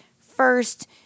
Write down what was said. first